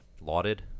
lauded